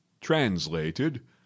translated